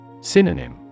Synonym